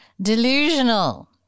delusional